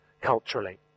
culturally